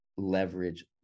leverage